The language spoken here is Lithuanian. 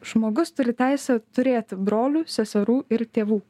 žmogus turi teisę turėti brolių seserų ir tėvų